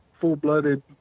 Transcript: full-blooded